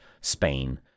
Spain